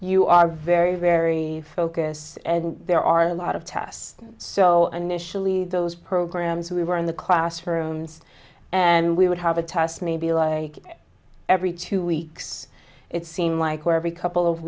you are very very focused and there are lot of tests so initially those programs we were in the classrooms and we would have a test maybe like every two weeks it seemed like where every couple of